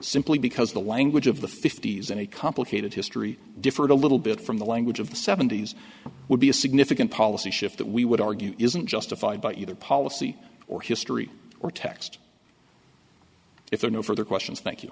simply because the language of the fifty's and a complicated history differed a little bit from the language of the seventy's would be a significant policy shift that we would argue isn't justified by either policy or history or text if there are no further questions thank you